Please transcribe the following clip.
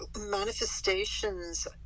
manifestations